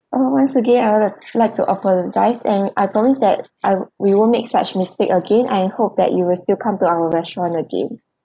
uh once again I would like to apologize and I promise that I we won't make such mistake again I hope that you will still come to our restaurant again